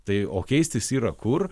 tai o keistis yra kur